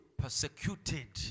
persecuted